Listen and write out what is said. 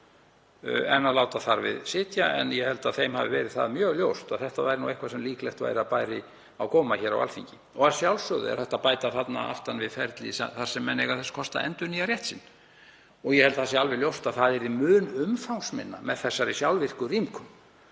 16 en láta þar við sitja. Ég held að þeim hafi verið það mjög ljóst að þetta væri eitthvað sem líklegt væri að bæri á góma á Alþingi. Að sjálfsögðu er hægt að bæta þarna aftan við ferli þar sem menn eiga þess kost að endurnýja rétt sinn. Ég held að það sé alveg ljóst að það yrði mun umfangsminna með þessari sjálfvirku rýmkun.